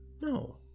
No